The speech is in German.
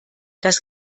das